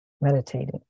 meditating